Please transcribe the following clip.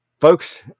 folks